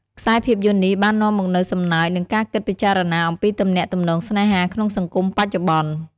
ខ្សែភាពយន្តនេះបាននាំមកនូវសំណើច និងការគិតពិចារណាអំពីទំនាក់ទំនងស្នេហាក្នុងសង្គមបច្ចុប្បន្ន។